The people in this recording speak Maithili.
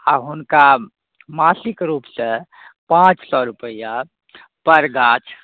आओर हुनका मासिक रूपसँ पाँच सौ रुपैआपर गाछ